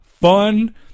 fun